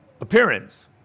appearance